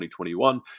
2021